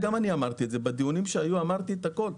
גם את זה אמרנו בדיונים שנערכו, אמרתי את הכול.